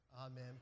Amen